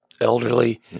elderly